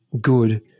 good